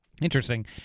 Interesting